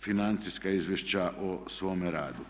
financijska izvješća o svome radu.